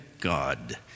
God